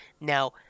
Now